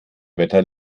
wetter